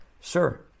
sure